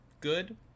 good